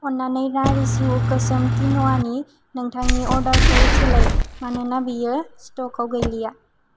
अननानै नारिश यु गोसोम क्विन'आनि नोंथांनि अर्डारखौ सोलाय मानोना बेयो स्टकाव गैलिया